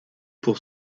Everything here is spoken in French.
pour